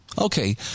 Okay